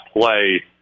play